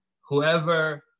Whoever